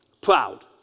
proud